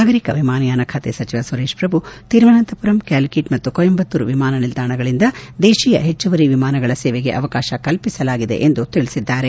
ನಾಗರಿಕ ವಿಮಾನಯಾನ ಖಾತೆ ಸಚಿವ ಸುರೇಶ್ ಪ್ರಭು ತಿರುವನಂತಪುರಂ ಕ್ಯಾಲಿಕೆಟ್ ಮತ್ತು ಕೊಯಂಬತ್ತೂರು ವಿಮಾನ ನಿಲ್ದಾಣಗಳಿಂದ ದೇತೀಯ ಹೆಚ್ಚುವರಿ ವಿಮಾನಗಳ ಸೇವೆಗೆ ಅವಕಾಶ ಕಲ್ಪಿಸಲಾಗಿದೆ ಎಂದು ತಿಳಿಸಿದ್ದಾರೆ